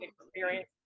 experience